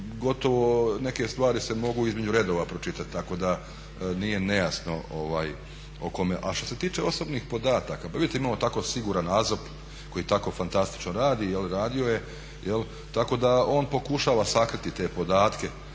gotovo neke stvari se mogu između redova pročitati. Tako da nije nejasno o kome je riječ. A što se tiče osobnih podataka, pa vidite imamo tako siguran AZOP koji tako fantastično radi i radio je jel' tako da on pokušava sakriti te podatke,